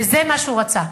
וזה מה שהוא רצה,